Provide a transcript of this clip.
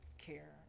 care